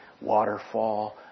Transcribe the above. waterfall